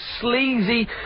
sleazy